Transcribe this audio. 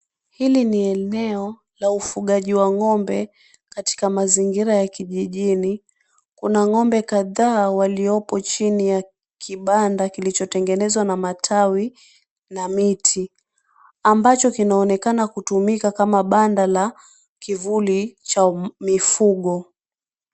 Hili ni eneo la ufugaji wa ng'ombe katika mazingira ya kijijini. Kuna ngombe kadhaa waliopo chini ya kibanda kilicho tengenezwa na matawi na miti ambacho kinaonekana kutumika kama banda la kivuli cha mifugo.